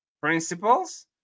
Principles